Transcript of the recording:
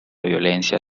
violencia